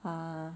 ah